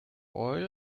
oil